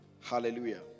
hallelujah